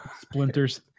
splinters